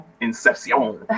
Inception